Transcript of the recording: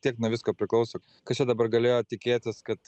tiek nuo visko priklauso kas čia dabar galėjo tikėtis kad